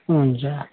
हुन्छ